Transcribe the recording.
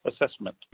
assessment